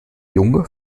junge